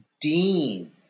Dean